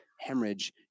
hemorrhage